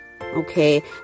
okay